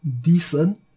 decent